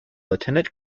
lieutenant